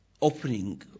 opening